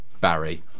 Barry